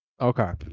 Okay